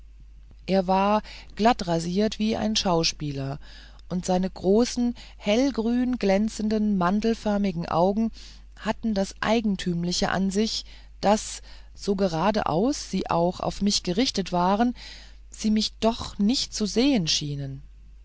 er war glattrasiert wie ein schauspieler und seine großen hellgrün glänzenden mandelförmigen augen hatten das eigentümliche an sich daß so geradeaus sie auch auf mich gerichtet waren sie mich doch nicht zu sehen schienen